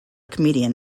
comedian